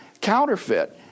counterfeit